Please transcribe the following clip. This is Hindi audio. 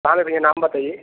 कहाँ पे भईया नाम बताइए